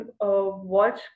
watch